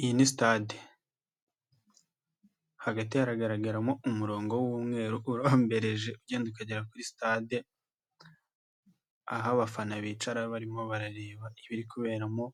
Iyi ni sitade, hagati haragaragaramo umurongo w'umweru urombereje ugenda ukagera kuri sitade, aho abafana bicara barimo barareba ibiri kuberamo,